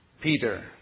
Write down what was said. Peter